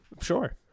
Sure